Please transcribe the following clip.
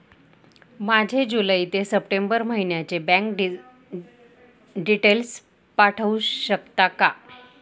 माझे जुलै ते सप्टेंबर महिन्याचे बँक डिटेल्स पाठवू शकता का?